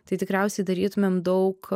tai tikriausiai darytumėm daug